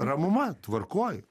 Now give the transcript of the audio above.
ramuma tvarkoj